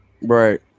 Right